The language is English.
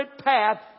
path